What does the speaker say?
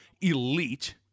elite